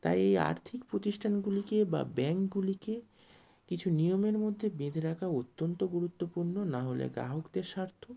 তাই এই আর্থিক প্রতিষ্ঠানগুলিকে বা ব্যাঙ্কগুলিকে কিছু নিয়মের মধ্যে বেঁধে রাখা অত্যন্ত গুরুত্বপূর্ণ নাহলে গ্রাহকদের স্বার্থ